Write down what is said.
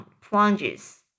plunges